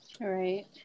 right